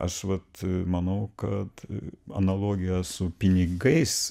aš vat manau kad analogija su pinigais